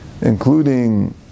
including